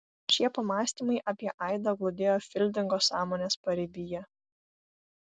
šie pamąstymai apie aidą glūdėjo fildingo sąmonės paribyje